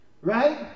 right